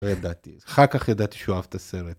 ידעתי, אחר כך ידעתי שהוא אהב את הסרט.